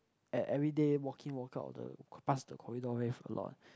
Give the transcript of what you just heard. at every day walk in walk out the past the corridor wave a lot